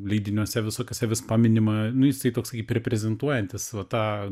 leidiniuose visokiuose vis paminima nu jisai toks kaip reprezentuojantis va tą